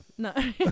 No